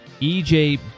EJ